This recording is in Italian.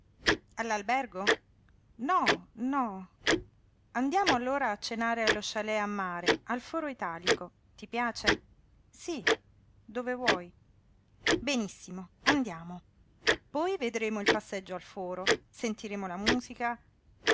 all'albergo no no andiamo allora a cenare allo chlet a mare al foro italico ti piace sí dove vuoi benissimo andiamo poi vedremo il passeggio al foro sentiremo la musica